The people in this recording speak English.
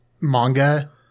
manga